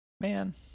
Man